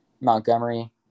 Montgomery